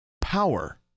power